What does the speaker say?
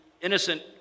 innocent